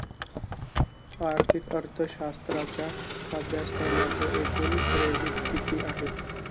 आर्थिक अर्थशास्त्राच्या अभ्यासक्रमाचे एकूण क्रेडिट किती आहेत?